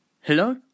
Hello